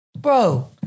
bro